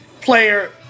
player